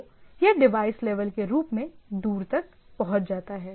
तो यह device level के रूप में दूर तक पहुंच जाता है